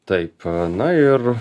taip na ir